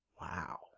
Wow